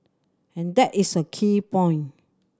and that is a key point